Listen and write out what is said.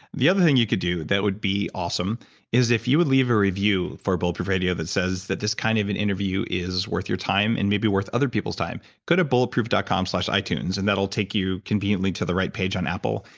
the other thing you could do that would be awesome is if you would leave a review for bulletproof radio that says that this kind of an interview is worth your time and maybe worth other people's time. go to bulletproof dot com slash itunes and that will take you, conveniently, to the right page on apple,